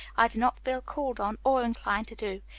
i do not feel called on, or inclined to do.